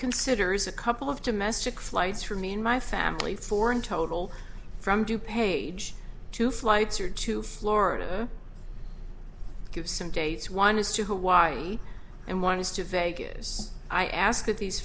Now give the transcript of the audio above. consider is a couple of domestic flights for me and my family for in total from du page two flights are to florida give some dates one is to hawaii and one is to vegas i ask that these